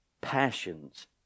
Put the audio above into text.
passions